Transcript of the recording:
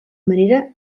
manera